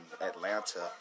Atlanta